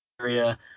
area